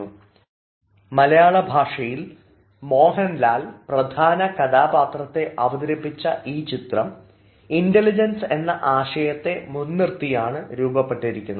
മലയാളഭാഷയിൽ മോഹൻലാൽ ഇംഗ്ലീഷ് ഭാഷയിലെ ഈ പാഠത്തിൻറെ ട്രാൻസ്ക്രിപ്റ്റിൽ Ajay Devgan എന്ന് കൊടുത്തിരിക്കുന്നത് ദൃശ്യം ചലച്ചിത്രത്തിൻറെ ഹിന്ദി റീമേക്കിനെ ഉദ്ദേശിച്ചാണ് പ്രധാന കഥാപാത്രത്തെ അവതരിപ്പിച്ച ഈ ചിത്രം ഇൻറലിജൻസിന് എന്ന ആശയത്തെ മുൻനിർത്തിയാണ് രൂപപ്പെട്ടിരിക്കുന്നത്